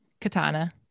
Katana